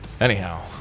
Anyhow